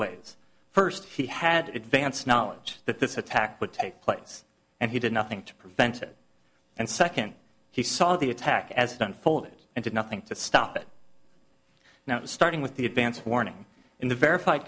ways first he had advance knowledge that this attack would take place and he did nothing to prevent it and second he saw the attack as it unfolded and did nothing to stop it now starting with the advanced warning in the verified